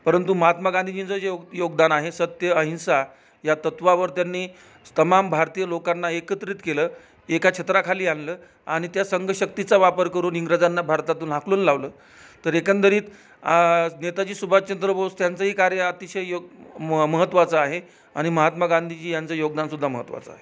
परंतु महात्मा गांधीजींचं जे योग योगदान आहे सत्य अहिंसा या तत्वावर त्यांनी तमाम भारतीय लोकांना एकत्रित केलं एका छत्राखाली आणलं आणि त्या संघशक्तीचा वापर करून इंग्रजांना भारतातून हाकलून लावलं तर एकंदरीत नेताजी सुभाषचंद्र बोस त्यांचंही कार्य अतिशय योग म महत्त्वाचं आहे आणि महात्मा गांधीजी यांचं योगदान सुद्धा महत्त्वाचं आहे